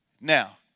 now